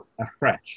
afresh